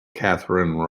catherine